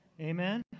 Amen